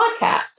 podcast